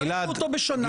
תאריכו אותו בשנה.